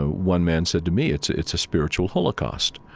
ah one man said to me it's it's a spiritual holocaust.